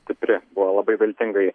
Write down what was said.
stipri buvo labai viltingai